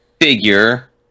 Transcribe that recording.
figure